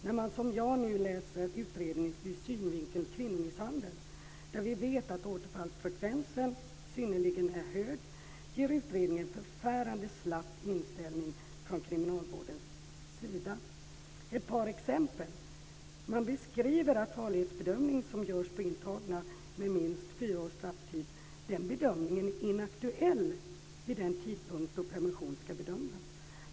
När man som jag nu läser utredningen ur synvinkeln kvinnomisshandel, där vi vet att återfallsfrekvensen är synnerligen hög, ger utredningen uttryck för en förfärande slapp inställning från kriminalvårdens sida. Jag har ett par exempel. Det beskrivs hur den farlighetsbedömning som görs på intagna med minst fyra års strafftid är inaktuell vid den tidpunkt då permission ska bedömas.